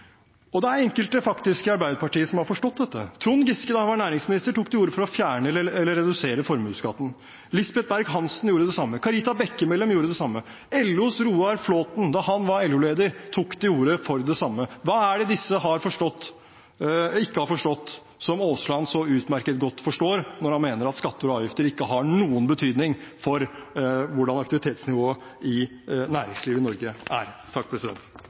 Det er faktisk enkelte i Arbeiderpartiet som har forstått dette. Trond Giske, da han var næringsminister, tok til orde for å fjerne eller redusere formuesskatten. Lisbeth Berg-Hansen gjorde det samme. Karita Bekkemellem gjorde det samme. LOs Roar Flåthen, da han var LO-leder, tok til orde for det samme. Hva er det disse ikke har forstått som Aasland så utmerket godt forstår, når han mener at skatter og avgifter ikke har noen betydning for hvordan aktivitetsnivået i næringslivet i Norge er?